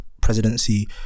presidency